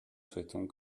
souhaitons